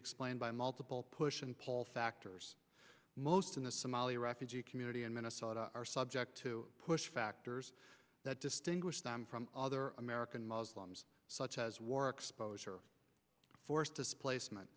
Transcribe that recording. explained by multiple push and pull factors most in the somali refugee community in minnesota are subject to push factors that distinguish them from other american muslims such as war exposure forced displacement